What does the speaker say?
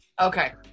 Okay